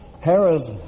Hera's